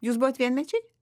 jūs buvot vienmečiai